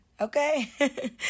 okay